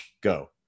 Go